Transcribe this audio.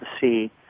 see